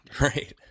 Right